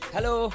Hello